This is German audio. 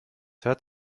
hört